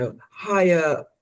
higher